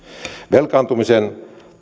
velkaantumisen